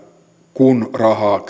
kun rahaa